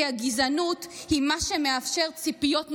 כי הגזענות היא מה שמאפשר ציפיות נמוכות,